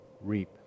reap